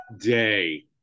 day